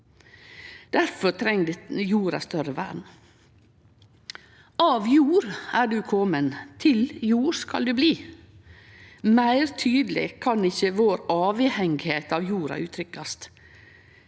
Difor treng jord større vern. «Av jord er du komen, til jord skal du bli» – tydelegare kan ikkje vår avhengigheit av jorda uttrykkjast.